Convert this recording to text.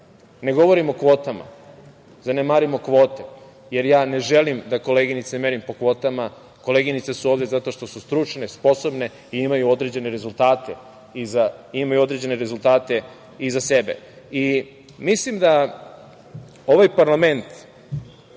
ne govorim o kvotama, zanemarimo kvote, jer ne želim koleginice da merimo po kvotama, koleginice su ovde zato što su stručne, sposobne i imaju određene rezultate iza sebe. Mislim da ovaj parlament